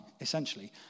essentially